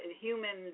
human